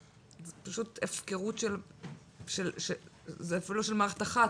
זו פשוט הפקרות של אפילו לא מערכת אחת,